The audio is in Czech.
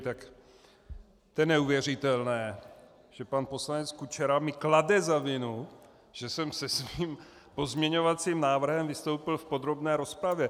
To je neuvěřitelné, že pan poslanec Kučera mi klade za vinu, že jsem se svým pozměňovacím návrhem vystoupil v podrobné rozpravě.